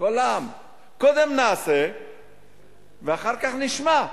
כל העם, קודם נעשה ואחר כך נשמע.